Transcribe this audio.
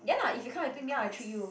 ya lah if you come and pick me up I treat you